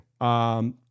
Okay